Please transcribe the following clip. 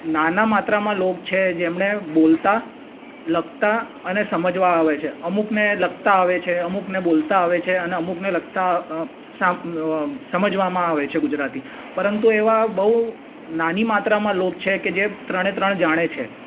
નાના માત્રામાં લોકો છે જેમને બોલતાં લખતાં અને સમજવા આવે છે અમૂકને લખતાં આવે છે અમૂકને બોલતાં આવે છે અને અમુકને લખતાં સા સમજવામાં આવે છે ગુજરાતી પરંતુ એવા બહુ નાની માત્રામાં લોકો છે કે જે ત્રણે ત્રણ જાણે છે